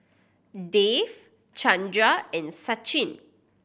Dev Chandra and Sachin